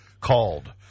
called